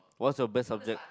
what's your best subject